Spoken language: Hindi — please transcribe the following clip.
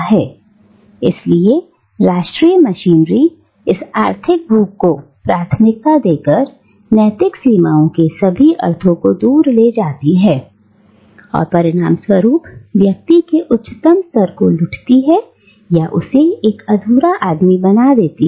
" इसलिए राष्ट्रीय मशीनरी इस आर्थिक भूख को प्राथमिकता देकर नैतिक सीमाओं के सभी अर्थों को दूर ले जाती है और परिणाम स्वरूप व्यक्ति के उच्चतम स्तर को लुटती है और उसे एक अधूरा आदमी बना देती है